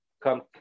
come